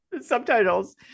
subtitles